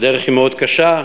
הדרך היא מאוד קשה,